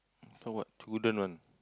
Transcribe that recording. so what wooden one